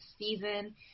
season